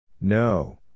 No